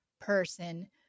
person